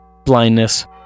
Blindness